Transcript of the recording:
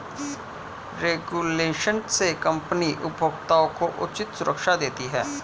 regulation से company उपभोक्ता को उचित सुरक्षा देती है